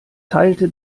teilte